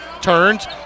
turns